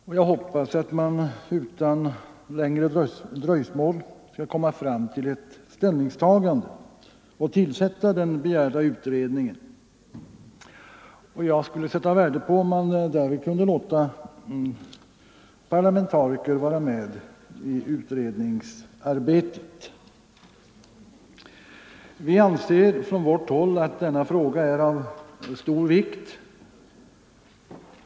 Jag debatt hoppas att man utan längre dröjsmål skall komma fram till ett ställningstagande och tillsätta den begärda utredningen. Jag skulle sätta värde på om man därvid kunde låta parlamentariker vara med i utredningsarbetet. Vi anser att denna fråga är av stor vikt.